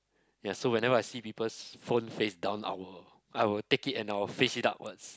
ya so whenever I see people's phone face down I will I will take it and I will face it upwards